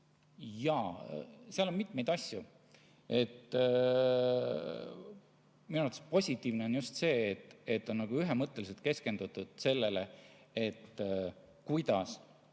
Jaa, seal on mitmeid asju. Minu arvates positiivne on just see, et on ühemõtteliselt keskendutud sellele, kuidas